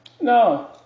no